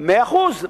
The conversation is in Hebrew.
עשית